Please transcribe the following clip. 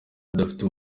tudafite